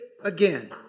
again